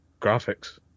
graphics